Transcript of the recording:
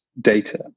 data